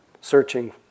searching